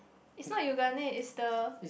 is not Yoogane is the